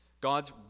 God's